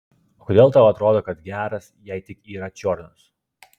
o kodėl tau atrodo kad geras jei tik yra čiornas